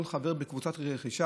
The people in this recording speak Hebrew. כל חבר בקבוצת רכישה.